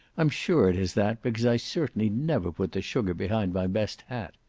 i'm sure it is that, because i certainly never put the sugar behind my best hat.